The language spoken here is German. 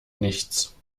nichts